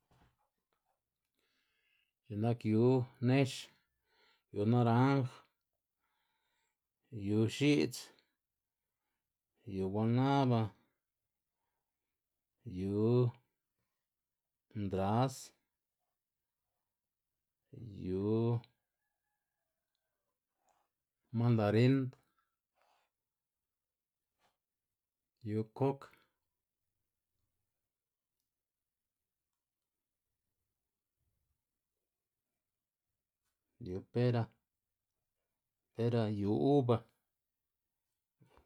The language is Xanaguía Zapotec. X̱i'k nak yu nex, yu naranj, yu x̱i'dz, yu guanaba, yu ndras, yu mandarind, yu kok, yu pera, pera, yu uba.